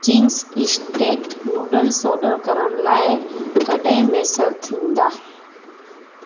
Ching's estate noodles order करण लाइ कॾहिं मुयसरु थींदा